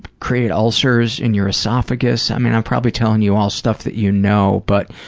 create ulcers in your esophagus. i mean, i'm probably telling you all stuff that you know, but,